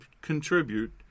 contribute